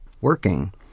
working